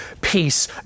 peace